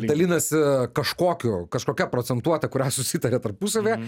dalinasi kažkokiu kažkokia procentuote kurią susitarė tarpusavyje